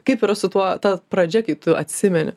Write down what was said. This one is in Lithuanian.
kaip yra su tuo ta pradžia kai tu atsimeni